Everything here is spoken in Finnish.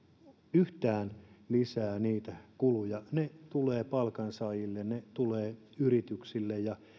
yhtään lisää kuluja ne tulevat palkansaajille ne tulevat yrityksille ja